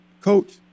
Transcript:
Coach